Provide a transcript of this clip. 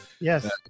Yes